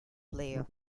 player